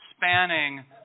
spanning